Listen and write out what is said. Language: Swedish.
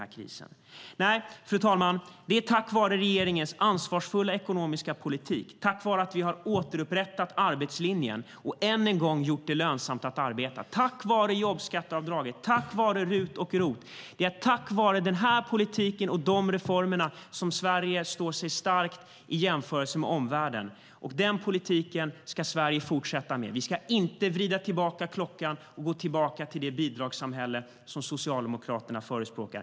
Nej, fru talman, jämfört med omvärlden står Sverige starkt tack vare regeringens ansvarsfulla ekonomiska politik och reformer - tack vare att vi återupprättat arbetslinjen och ännu en gång gjort det lönsamt att arbeta, tack vare jobbskatteavdragen och tack vare RUT och ROT-avdragen. Den politiken ska Sverige fortsätta med. Vi ska inte vrida tillbaka klockan och gå tillbaka till det bidragssamhälle som Socialdemokraterna förespråkar!